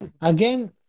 Again